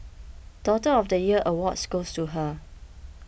Daughter of the Year Awards goes to her